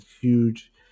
huge